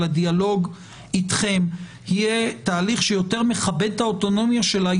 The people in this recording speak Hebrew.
של הדיאלוג אתכם יהיה תהליך שיותר מכבד את האוטונומיה שלה,